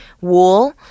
wool